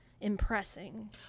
impressing